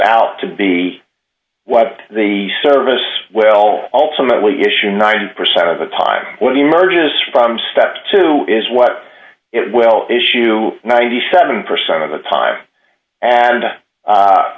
out to be what the service will ultimately issue ninety percent of the time what the emergence from step two is what it will issue ninety seven percent of the time and